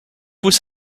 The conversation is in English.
was